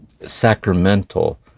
sacramental